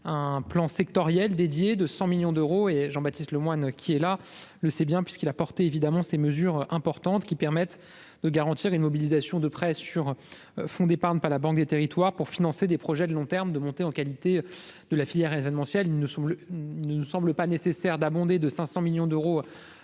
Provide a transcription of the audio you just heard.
un plan sectoriel dédiée de 100 millions d'euros et Jean-Baptiste Lemoyne, qui est là, le sait bien puisqu'il a porté, évidemment, ces mesures importantes qui permettent de garantir une mobilisation de presse sur fonds d'épargne pas la banque des territoires pour financer des projets de long terme de monter en qualité de la filière événementielle il ne ne nous semble pas nécessaire d'abonder de 500 millions d'euros